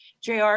JR